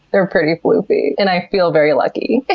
they're pretty floofy, and i feel very lucky.